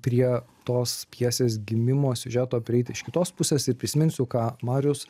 prie tos pjesės gimimo siužeto prieiti iš kitos pusės ir prisiminsiu ką marius